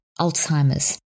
Alzheimer's